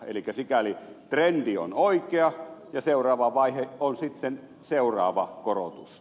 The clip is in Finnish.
eli sikäli trendi on oikea ja seuraava vaihe on sitten seuraava korotus